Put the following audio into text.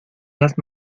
las